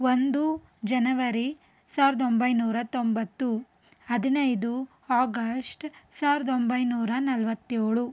ಒಂದು ಜನವರಿ ಸಾವಿರದ ಒಂಬೈನೂರ ತೊಂಬತ್ತು ಹದಿನೈದು ಆಗಶ್ಟ್ ಸಾವಿರದ ಒಂಬೈನೂರ ನಲವತ್ತೇಳು